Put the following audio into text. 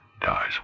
dies